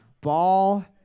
ball